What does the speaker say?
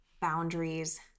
boundaries